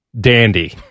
dandy